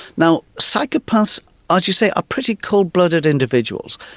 now psychopaths are as you say ah pretty cold-blooded individuals,